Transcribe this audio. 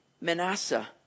Manasseh